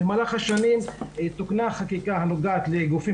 במהלך השנים תוקנה החקיקה הנוגעת לגופים